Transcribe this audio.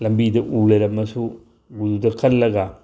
ꯂꯝꯕꯤꯗ ꯎ ꯂꯩꯔꯝꯃꯁꯨ ꯎꯗꯨꯗ ꯀꯜꯂꯒ